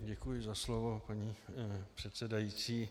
Děkuji za slovo, paní předsedající.